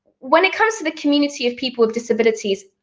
when it comes to the community of people with disabilities,